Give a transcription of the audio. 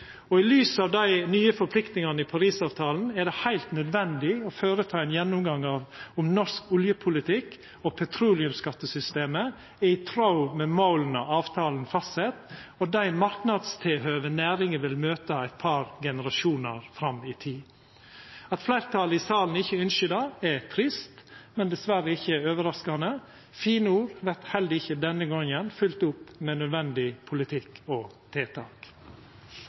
I lys av dei nye forpliktingane i Paris-avtalen er det heilt nødvendig å føreta ein gjennomgang av om norsk oljepolitikk og petroleumsskattesystemet er i tråd med måla avtalen fastset, og dei marknadstilhøva næringa vil møta eit par generasjonar fram i tid. At fleirtalet i salen ikkje ynskjer det, er trist, men diverre ikkje overraskande. Fine ord vert heller ikkje denne gongen fylt opp med nødvendig politikk og tiltak.